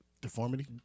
Deformity